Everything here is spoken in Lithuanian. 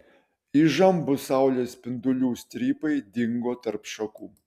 įžambūs saulės spindulių strypai dingo tarp šakų